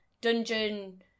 dungeon